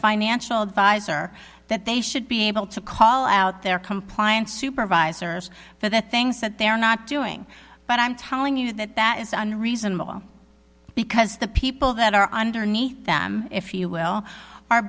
financial advisor that they should be able to call out their compliance supervisors for the things that they are not doing but i'm telling you that that isn't reasonable because the people that are underneath them if you will are